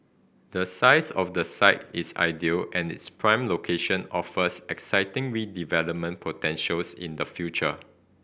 the size of the site is ideal and its prime location offers exciting redevelopment potentials in the future